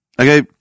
Okay